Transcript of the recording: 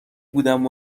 بودم